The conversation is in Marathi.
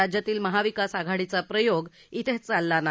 राज्यातील महाविकास आघाडीचा प्रयोग इथे चालला नाही